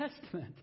Testament